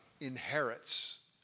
inherits